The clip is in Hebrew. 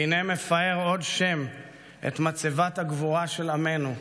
והינה מפאר עוד שם את מצבת הגבורה של עמנו,